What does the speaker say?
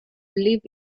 live